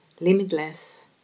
limitless